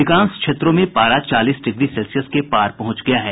अधिकांश क्षेत्रों में पारा चालीस डिग्री सेल्सियस के पार पहुंच गया है